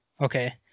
Okay